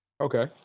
Okay